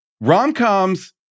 Rom-coms